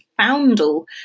foundle